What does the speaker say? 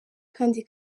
kandi